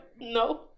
No